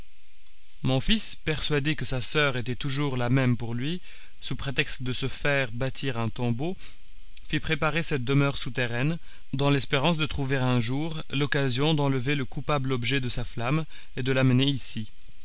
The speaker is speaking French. mon fils persuadé que sa soeur était toujours la même pour lui sous prétexte de se faire bâtir un tombeau fit préparer cette demeure souterraine dans l'espérance de trouver un jour l'occasion d'enlever le coupable objet de sa flamme et de l'amener ici